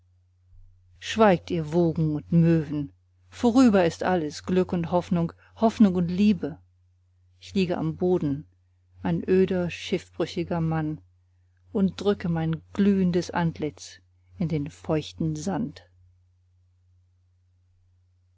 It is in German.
schweigt ihr wogen und möwen vorüber ist alles glück und hoffnung hoffnung und liebe ich liege am boden ein öder schiffbrüchiger mann und drücke mein glühendes antlitz in den feuchten sand